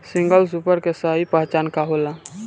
Single super के सही पहचान का होला?